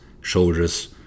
shoulders